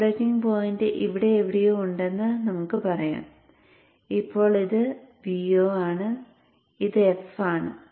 operating point ഇവിടെ എവിടെയോ ഉണ്ടെന്ന് നമുക്ക് പറയാം ഇപ്പോൾ ഇത് Vo ആണ് ഇത് f ആണ്